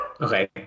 Okay